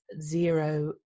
zero